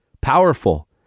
powerful